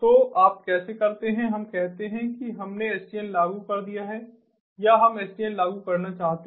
तो आप कैसे करते हैं हम कहते हैं कि हमने SDN लागू कर दिया है या हम SDN लागू करना चाहते हैं